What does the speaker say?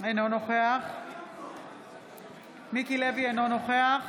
אינו נוכח מיקי לוי, אינו נוכח